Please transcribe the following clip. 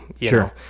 sure